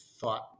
thought